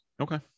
Okay